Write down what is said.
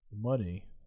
Money